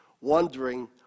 wondering